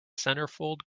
centerfold